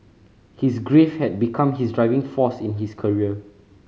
his grief had become his driving force in his career